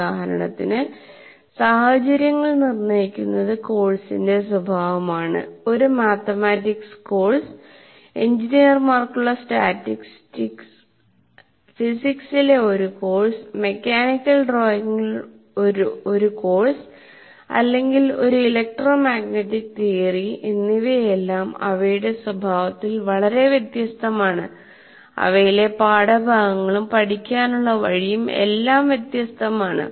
ഉദാഹരണത്തിന് സാഹചര്യങ്ങൾ നിർണ്ണയിക്കുന്നത് കോഴ്സിന്റെ സ്വഭാവമാണ് ഒരു മാത്തമാറ്റിക്സ് കോഴ്സ് എഞ്ചിനീയർമാർക്കുള്ള സ്റ്റാറ്റിസ്റ്റിക്സ് ഫിസിക്സിലെ ഒരു കോഴ്സ് മെക്കാനിക്കൽ ഡ്രോയിംഗിൽ ഒരു കോഴ്സ് അല്ലെങ്കിൽ ഒരു ഇലക്ട്രോ മാഗ്നെറ്റിക് തിയറി എന്നിവയെല്ലാം അവയുടെ സ്വഭാവത്തിൽ വളരെ വ്യത്യസ്തമാണ് അവയിലെ പാഠഭാഗങ്ങളും പഠിക്കാനുള്ള വഴിയും എല്ലാം വ്യത്യസ്തമാണ്